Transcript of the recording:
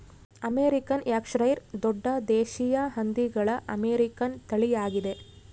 American Yorkshire ದೊಡ್ಡ ದೇಶೀಯ ಹಂದಿಗಳ ಅಮೇರಿಕನ್ ತಳಿಯಾಗಿದೆ